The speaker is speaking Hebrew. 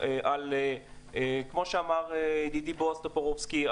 כמו שאמר ידידי בועז טופורובסקי,